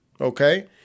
Okay